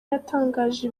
yatangaje